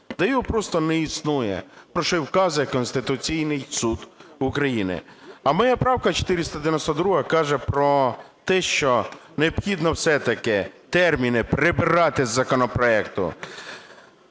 Та його просто не існує, про що і вказує Конституційний Суд України. А моя правка 492 каже про те, що необхідно все-таки терміни прибрати з законопроекту,